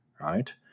right